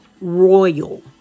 royal